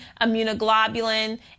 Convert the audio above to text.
immunoglobulin